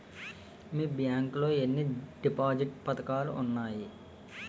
మీ bank లో ఎన్ని deposit పథకాలు ఉన్నాయి?